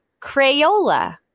Crayola